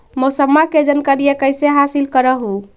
मौसमा के जनकरिया कैसे हासिल कर हू?